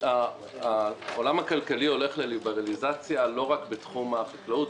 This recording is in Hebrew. העולם הכלכלי הולך לליברליזציה לא רק בתחום החקלאות,